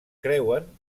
creuen